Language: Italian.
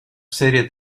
serie